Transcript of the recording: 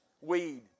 weed